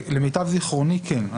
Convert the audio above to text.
למיטב זכרוני כן.